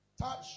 Touch